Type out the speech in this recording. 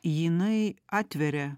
jinai atveria